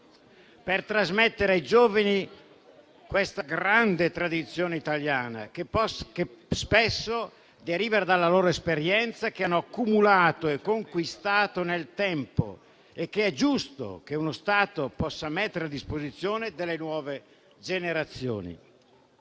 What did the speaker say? per trasmettere ai giovani la grande tradizione italiana, che spesso deriva dall'esperienza che hanno accumulato e conquistato nel tempo e che è giusto che uno Stato metta a disposizione delle nuove generazioni.